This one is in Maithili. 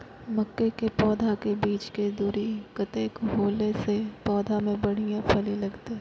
मके के पौधा के बीच के दूरी कतेक होला से पौधा में बढ़िया फली लगते?